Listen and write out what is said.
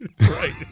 Right